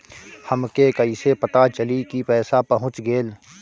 हमके कईसे पता चली कि पैसा पहुच गेल?